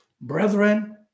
brethren